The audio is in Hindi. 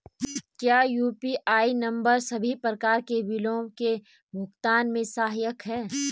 क्या यु.पी.आई नम्बर सभी प्रकार के बिलों के भुगतान में सहायक हैं?